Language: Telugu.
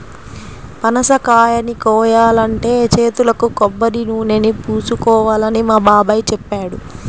పనసకాయని కోయాలంటే చేతులకు కొబ్బరినూనెని పూసుకోవాలని మా బాబాయ్ చెప్పాడు